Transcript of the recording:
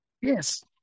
Yes